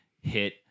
hit